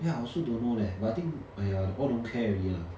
ya I also don't know leh but I think !aiya! all don't care already lah